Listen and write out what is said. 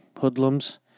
hoodlums